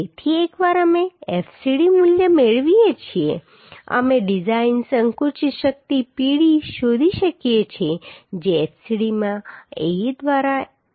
તેથી એકવાર અમે fcd મૂલ્ય મેળવીએ છીએ અમે ડિઝાઇન સંકુચિત શક્તિ Pd શોધી શકીએ છીએ જે Fcd માં Ae દ્વારા Ae છે